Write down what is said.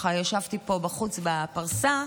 כשישבתי פה בחוץ בפרסה,